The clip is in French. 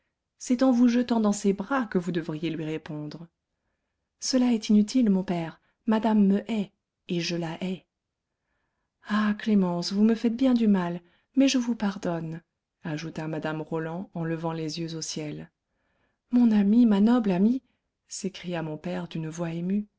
c'est en vous jetant dans ses bras que vous devriez lui répondre cela est inutile mon père madame me hait et je la hais ah clémence vous me faites bien du mal mais je vous pardonne ajouta mme roland en levant les yeux au ciel mon amie ma noble amie s'écria mon père d'une voix émue